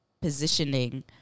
positioning